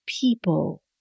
people